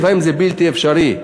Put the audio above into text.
ולפעמים זה בלתי אפשרי.